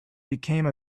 became